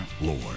Lord